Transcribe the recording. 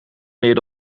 meer